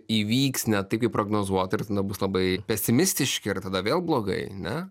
įvyks ne taip kaip prognozuota ir tada bus labai pesimistiški ir tada vėl blogai ne